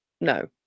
no